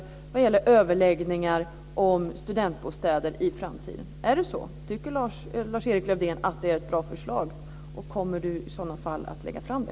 Det skulle gälla överläggningar om studentbostäder i framtiden. Tycker Lars-Erik Lövdén att det är ett bra förslag? Kommer han i sådana fall att lägga fram det?